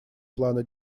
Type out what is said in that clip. плана